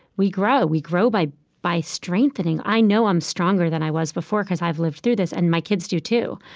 we grow we grow by by strengthening. i know i'm stronger than i was before because i've lived through this, and my kids do too.